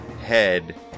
head